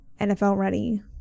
NFL-ready